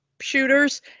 shooters